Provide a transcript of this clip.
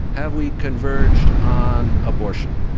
have we converged on abortion?